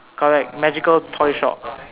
correct magical toy shop